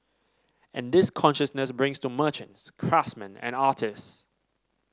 and this consciousness brings to merchants craftsman and artist